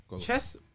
Chess